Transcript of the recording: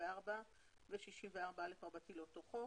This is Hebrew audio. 64 ו-64א לאותו חוק.